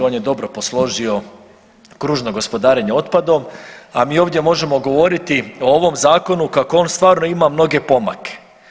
On je dobro posložio kružno gospodarenje otpadom, a mi ovdje možemo govoriti o ovom zakonu kako on stvarno ima mnoge pomake.